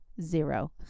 Zero